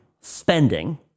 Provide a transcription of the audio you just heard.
spending